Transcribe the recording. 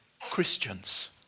Christians